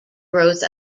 growth